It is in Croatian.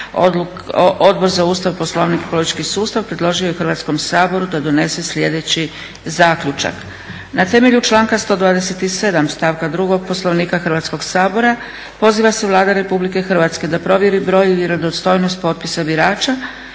Odbor za Ustav, Poslovnik i politički sustav predložio je Hrvatskom saboru da donese sljedeći zaključak: Na temelju članka 127. stavka 2. Poslovnika Hrvatskog sabora poziva se Vlada RH da provjeri broj i vjerodostojnost potpisa birača